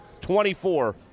24